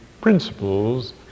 principles